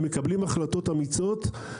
הם מקבלים החלטות אמיצות,